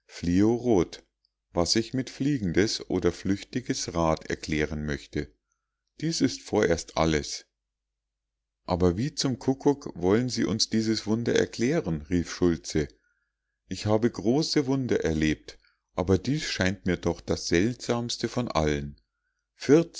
fliorot was ich mit fliegendes oder flüchtiges rad erklären möchte dies ist vorerst alles aber wie zum kuckuck wollen sie uns dieses wunder erklären rief schultze ich habe große wunder erlebt aber dies scheint mir doch das seltsamste von allen